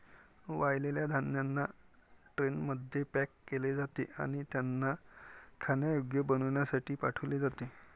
वाळलेल्या धान्यांना ट्रेनमध्ये पॅक केले जाते आणि त्यांना खाण्यायोग्य बनविण्यासाठी पाठविले जाते